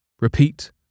Repeat